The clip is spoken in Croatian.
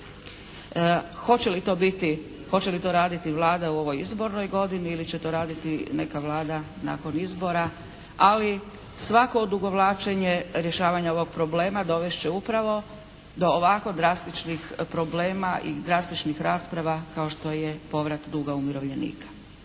hoće li to raditi Vlada u ovoj izbornoj godini ili će to raditi neka Vlada nakon izbora ali svako odugovlačenje rješavanja ovog problema dovest će upravo do ovako drastičnih problema i drastičnih rasprava kao što je povrat duga umirovljenika.